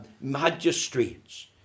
magistrates